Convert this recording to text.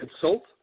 consult